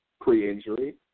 pre-injury